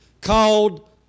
called